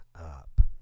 up